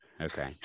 okay